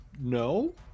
no